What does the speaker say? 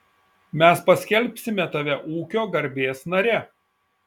mes paskelbsime tave ūkio garbės nare